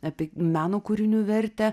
apie meno kūrinių vertę